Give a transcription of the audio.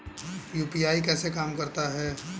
UPI कैसे काम करता है?